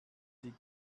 die